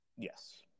Yes